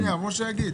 רק שנייה, משה יגיד.